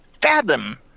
fathom